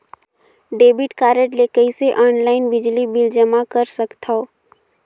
Debit card ले कइसे online बिजली बिल जमा कर सकथव?